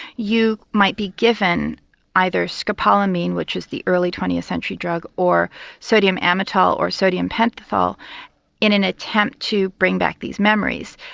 you might be given either scopolamine, which is the early twentieth century drug, or sodium amytal or sodium pentothal in an attempt to bring back these memories.